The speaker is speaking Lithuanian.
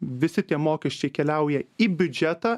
visi tie mokesčiai keliauja į biudžetą